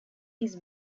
his